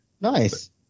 Nice